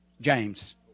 James